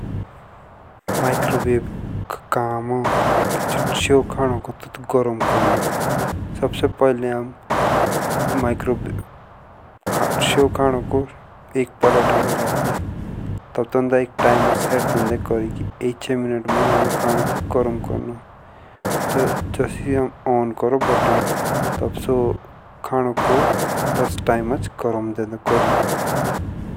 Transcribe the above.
माइक्रोवेव का काम हो खानोक गरम करों। सबसे पहिले आम तब टन दो तीन मर सेट दो कोरी मुझ आमुख खानोक गरम करनो जोसी आम अन करों। बटन सो खानोक तेस टाइम अज गर्म दो करे।